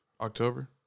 October